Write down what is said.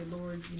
Lord